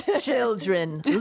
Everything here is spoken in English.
children